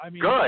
Good